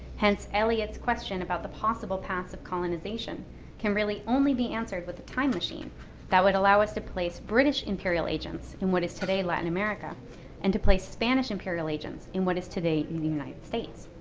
hence, elliott's question about the possible paths of colonization can really only be answered with a time machine that would allow us to place british imperial agents in what is today latin america and to place spanish imperial agents in what is today the united states.